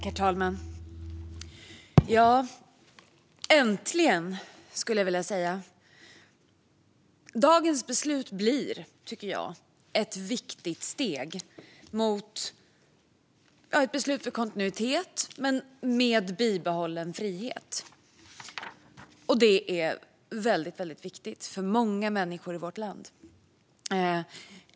Herr talman! Jag skulle vilja säga: Äntligen! Dagens beslut blir ett viktigt steg, tycker jag. Det är ett beslut för kontinuitet med bibehållen frihet, och det är väldigt viktigt för många människor i vårt land.